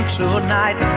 tonight